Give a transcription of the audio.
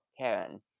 Karen